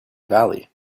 valley